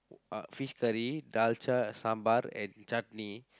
uh fish curry dalcha sambal and chutney